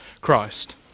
Christ